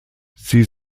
sie